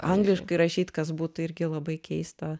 angliškai rašyt kas būtų irgi labai keista